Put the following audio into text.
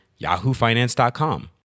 yahoofinance.com